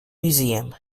museum